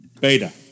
beta